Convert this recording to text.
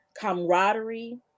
camaraderie